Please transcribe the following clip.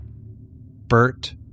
Bert